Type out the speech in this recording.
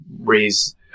raise